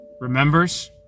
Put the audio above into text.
remembers